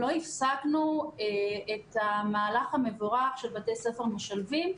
לא הפסקנו את המהלך המבורך של בתי-ספר משלבים,